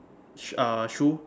sh~ uh shoe